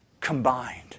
combined